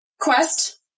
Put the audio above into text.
quest